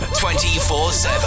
24-7